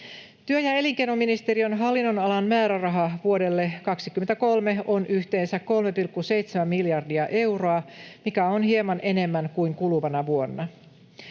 Työ- ja elinkeinoministeriön hallinnonalan määräraha vuodelle 23 on yhteensä 3,7 miljardia euroa, mikä on hieman enemmän kuin kuluvana vuonna.